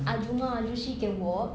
ahjumma ahjusshi can walk